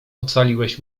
ocaliłeś